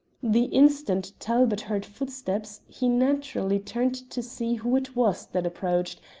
the instant talbot heard footsteps he naturally turned to see who it was that approached,